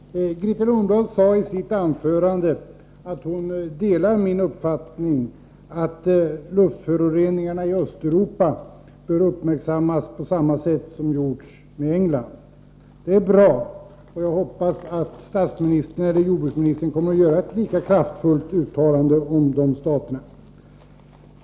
Herr talman! Grethe Lundblad sade i sitt anförande att hon delade min uppfattning att luftföroreningarna i de östeuropeiska staterna bör uppmärksammas på samma sätt som när det gäller England. Det är bra, och jag hoppas att statsministern eller jordbruksministern kommer att göra ett lika kraftfullt uttalande om dessa stater.